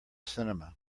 cinema